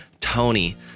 tony